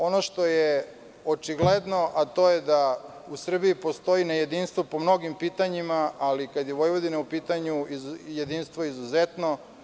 Ono što je očigledno, to je da u Srbiji postoji nejedinstvo po mnogim pitanjima, ali kada je Vojvodina u pitanju, i jedinstvo je izuzetno.